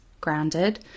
grounded